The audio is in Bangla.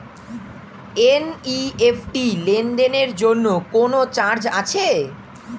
এন.ই.এফ.টি লেনদেনের জন্য কোন চার্জ আছে?